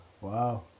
Wow